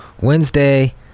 Wednesday